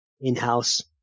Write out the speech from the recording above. in-house